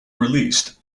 released